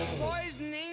Poisoning